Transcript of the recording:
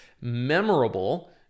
memorable